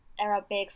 Arabic